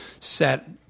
set